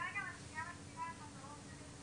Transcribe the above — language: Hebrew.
לבדוק איך אפשר יהיה להכניס את זה בצורה כזו או אחרת.